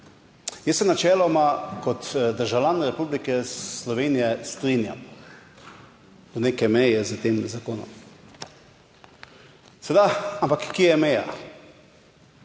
Jaz se načeloma kot državljan Republike Slovenije strinjam, do neke meje, s tem zakonom. Seveda, ampak kje je meja?